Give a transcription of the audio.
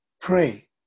pray